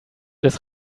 des